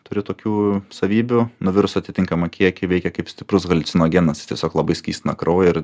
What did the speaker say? turi tokių savybių nuvirus atitinkamą kiekį veikia kaip stiprus haliucinogenas tiesiog labai skystina kraują ir